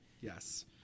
Yes